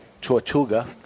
Tortuga